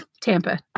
Tampa